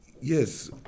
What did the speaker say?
yes